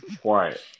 quiet